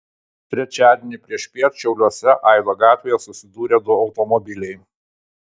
trečiadienį priešpiet šiauliuose aido gatvėje susidūrė du automobiliai